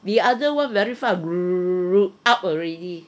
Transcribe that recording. the other [one] very fast up already